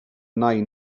nain